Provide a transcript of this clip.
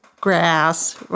grass